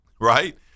right